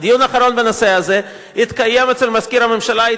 דיון אחרון בנושא הזה אצל מזכיר הממשלה,